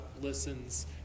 listens